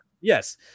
Yes